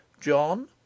John